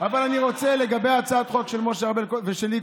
לגבי הצעות החוק של משה ארבל ושלי,